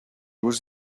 was